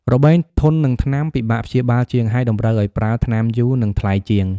របេងធន់នឹងថ្នាំពិបាកព្យាបាលជាង ហើយតម្រូវឱ្យប្រើថ្នាំយូរ និងថ្លៃជាង។